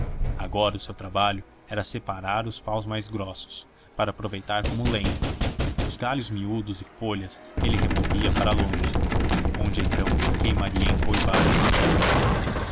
agora o seu trabalho era separar os paus mais grossos para aproveitar como lenha os galhos miúdos e folhas ele removia para longe onde então queimaria em coivaras pequenas